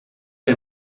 que